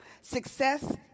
success